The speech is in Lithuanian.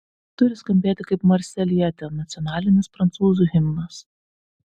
turi skambėti kaip marselietė nacionalinis prancūzų himnas